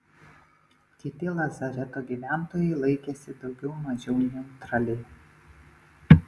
kiti lazareto gyventojai laikėsi daugiau mažiau neutraliai